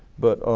but